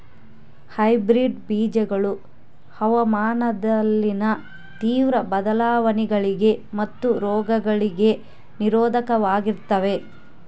hybrid ಬೇಜಗಳು ಹವಾಮಾನದಲ್ಲಿನ ತೇವ್ರ ಬದಲಾವಣೆಗಳಿಗೆ ಮತ್ತು ರೋಗಗಳಿಗೆ ನಿರೋಧಕವಾಗಿರ್ತವ